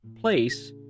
place